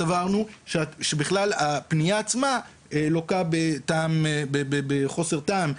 סברנו שהפנייה עצמה לוקה בחוסר טעם,